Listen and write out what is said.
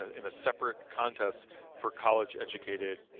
ah in a separate contest for college-educated